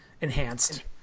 enhanced